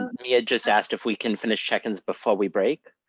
mia just asked if we can finish check-ins before we break.